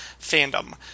fandom